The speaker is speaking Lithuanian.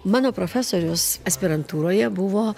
mano profesorius aspirantūroje buvo